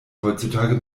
heutzutage